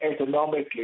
economically